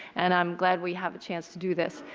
and i'm glad we have a chance to do this.